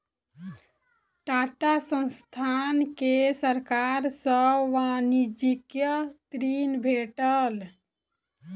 टाटा संस्थान के सरकार सॅ वाणिज्यिक ऋण भेटल